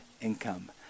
income